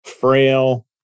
frail